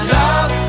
love